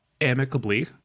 amicably